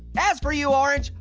as for you, orange,